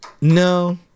No